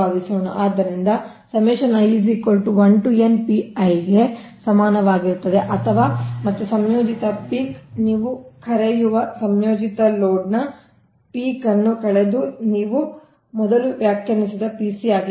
ಆದ್ದರಿಂದ ಗೆ ಸಮನಾಗಿರುತ್ತದೆ ಅಥವಾ ಮತ್ತು ಸಂಯೋಜಿತ ಪೀಕ್ ನೀವು ಕರೆಯುವ ಸಂಯೋಜಿತ ಲೋಡ್ ನ ಪೀಕ್ ಅನ್ನು ಕಳೆದು ನೀವು ಮೊದಲು ವ್ಯಾಖ್ಯಾನಿಸಿದ Pc ಆಗಿದೆ